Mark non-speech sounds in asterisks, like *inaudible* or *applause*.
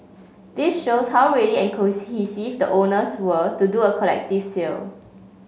this shows how ready and *unintelligible* the owners were to do a collective sale